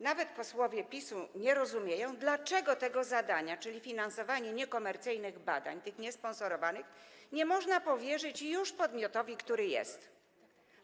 Nawet posłowie PiS-u nie rozumieją, dlaczego tego zadania, czyli finansowania niekomercyjnych badań, tych niesponsorowanych, nie można powierzyć podmiotowi, który już jest.